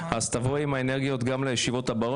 אז תבואי עם האנרגיות גם לישיבות הבאות